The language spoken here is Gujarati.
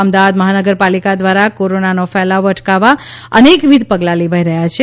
અમદાવાદ મહાનગરપાલિકા દ્વારા કોરોનાનો ફેલાવો અટકાવવા અનેકવિધ પગલાં લેવાઈ રહ્યા છે